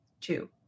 Two